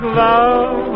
love